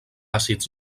àcids